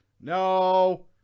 No